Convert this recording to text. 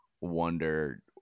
wonder